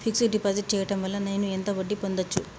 Fix డ్ deposit చేయటం వల్ల నేను ఎంత వడ్డీ పొందచ్చు?